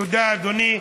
תודה, אדוני.